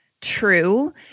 true